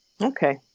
Okay